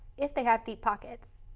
if they have deep pockets.